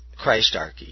Christarchy